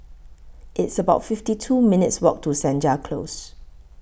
It's about fifty two minutes' Walk to Senja Close